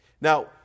Now